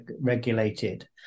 regulated